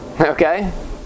Okay